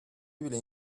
bile